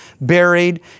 Buried